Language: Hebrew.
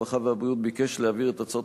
הרווחה והבריאות ביקש להעביר את הצעות